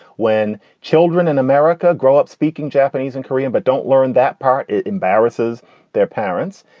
when children in america grow up speaking japanese and korean, but don't learn that part, it embarrasses their parents.